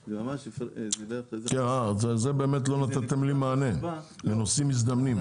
זה ממש -- אז על זה באמת לא נתתם לי מענה לנוסעים מזדמנים.